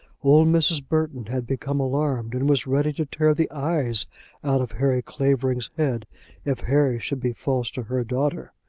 old mrs. burton had become alarmed, and was ready to tear the eyes out of harry clavering's head if harry should be false to her daughter.